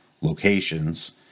locations